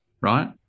right